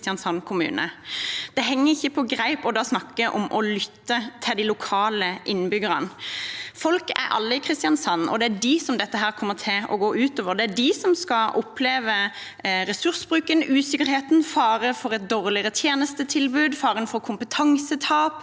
Da henger det ikke på greip å snakke om å lytte til de lokale innbyggerne. Folk er alle i Kristiansand, og det er dem dette kommer til å gå ut over. Det er de som skal oppleve ressursbruken, usikkerheten, faren for et dårligere tjenestetilbud, faren for kompetansetap